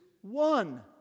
one